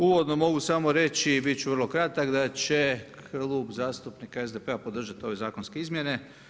Uvodno mogu samo reći, bit ću vrlo kratak da će Klub zastupnika SDP-a podržati ove zakonske izmjene.